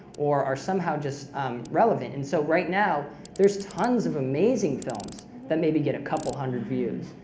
or are somehow just relevant. and so right now there's tons of amazing films that maybe get a couple hundred views.